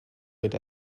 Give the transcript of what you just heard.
with